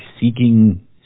seeking